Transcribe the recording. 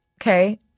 Okay